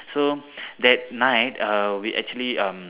so that night err we actually um